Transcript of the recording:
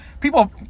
people